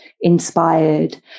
inspired